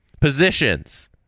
Positions